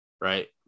Right